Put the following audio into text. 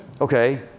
Okay